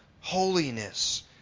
Holiness